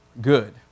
good